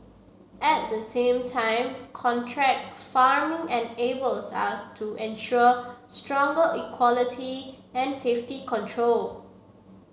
at the same time contract farming enables us to ensure stronger quality and safety control